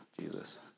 Jesus